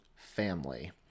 family